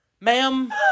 Ma'am